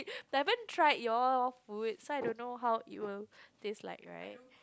haven't tried your food so I don't know how it will taste like right